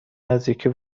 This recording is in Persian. نزدیکی